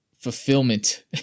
fulfillment